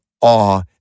awe